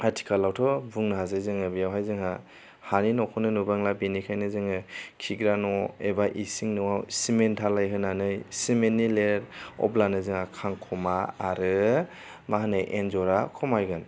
आथिखालावथ' बुंनाङा जे जोङो बेवहाय जोंहा हानि न'खौनो नुबांला बेनिखायनो जोङो खिग्रा न' एबा इसिं न'आव सिमिन्ट धालाय होनानै सिमन्टनि लेर अब्लानो जोंहा खांख'मा आरो मा होनो एन्ज'रा खमायगोन